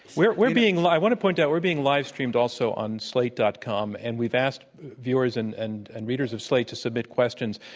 we're we're being i want to point out we're being live-streamed also on slate. com. and we've asked viewers and and and readers of slate to submit questions.